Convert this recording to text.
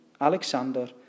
Alexander